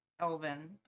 Elvin